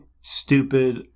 stupid